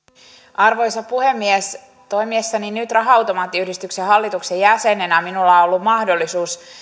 arvoisa puhemies toimiessani nyt raha automaattiyhdistyksen hallituksen jäsenenä minulla on on ollut mahdollisuus